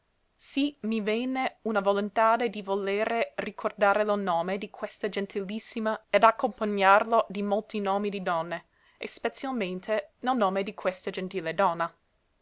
sì mi venne una volontade di volere ricordare lo nome di quella gentilissima ed acompagnarlo di molti nomi di donne e spezialmente del nome di questa gentile donna